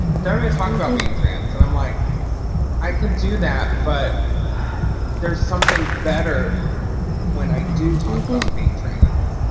don't even talk about being trans. and i'm like i could do that but there's something better when i do talk about being trans.